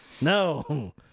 No